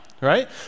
right